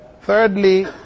Thirdly